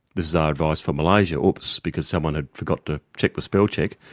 this is our advice for malaysia, oops, because someone had forgot to check the spell check,